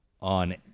on